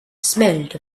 smelled